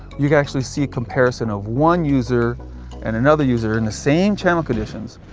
you can actually see a comparison of one user and another user in the same channel conditions,